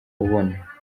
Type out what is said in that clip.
ubona